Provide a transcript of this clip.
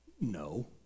no